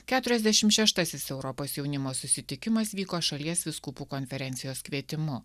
keturiasdešim šeštasis europos jaunimo susitikimas vyko šalies vyskupų konferencijos kvietimu